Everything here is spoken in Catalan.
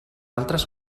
altres